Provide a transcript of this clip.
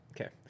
Okay